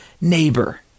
neighbor